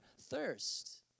thirst